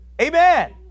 Amen